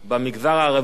למיטב ידיעתי,